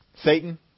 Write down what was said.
Satan